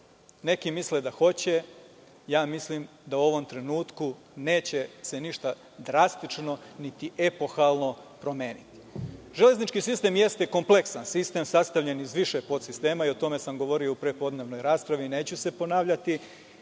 Neki misle da hoće, a ja mislim da u ovom trenutku neće se ništa drastično, niti epohalno promeniti. Železnički sistem jeste kompleksan sistem. Sastavljen je iz više podsistema i o tome sam govorio u prepodnevnoj raspravi. Neću se ponavljati.